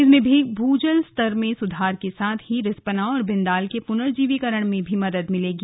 इसमें भूजल स्तर में सुधार के साथ ही रिस्पना और बिंदाल के पुनर्जीवीकरण में मदद मिलेगी